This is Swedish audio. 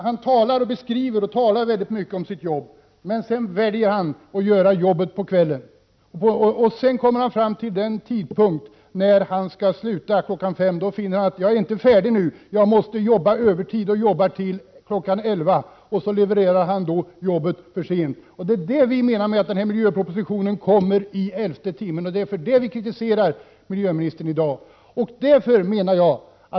Han talar mycket om sitt jobb, men han väljer att göra jobbet på kvällen. Han kommer fram till den tidpunkt då han skall sluta —- klockan fem. Då finner han att han inte är färdig utan måste jobba övertid och jobba till klockan elva. Sedan levererar han jobbet för sent. Vi menar alltså att denna miljöproposition kommer i elfte timmen. Det är därför som vi kritiserar miljöministern i dag.